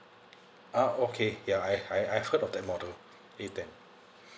uh okay ya I I heard of that model A ten